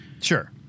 Sure